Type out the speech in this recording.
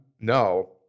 No